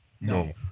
no